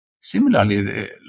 similarly